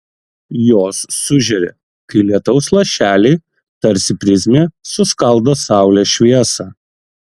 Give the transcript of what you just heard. jos sužėri kai lietaus lašeliai tarsi prizmė suskaldo saulės šviesą